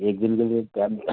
एक दिन के लिए क्या